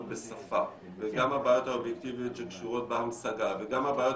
בשפה וגם הבעיות האובייקטיביות שקשורות בהמשגה וגם הבעיות